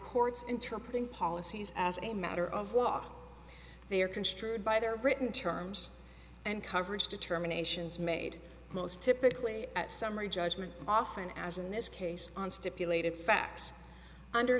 courts interpreting policies as a matter of law they are construed by their britain terms and coverage determinations made most typically at summary judgment often as in this case on stipulated facts under